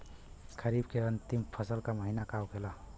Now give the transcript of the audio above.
खरीफ के अंतिम फसल का महीना का होखेला?